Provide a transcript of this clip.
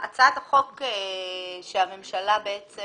הצעת החוק שהממשלה בעצם